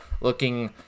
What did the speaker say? looking